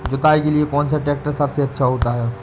जुताई के लिए कौन सा ट्रैक्टर सबसे अच्छा होता है?